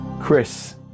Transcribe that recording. Chris